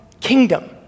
kingdom